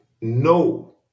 no